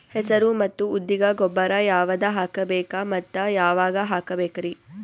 ಹೆಸರು ಮತ್ತು ಉದ್ದಿಗ ಗೊಬ್ಬರ ಯಾವದ ಹಾಕಬೇಕ ಮತ್ತ ಯಾವಾಗ ಹಾಕಬೇಕರಿ?